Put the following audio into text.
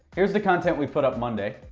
here's the content we put up monday.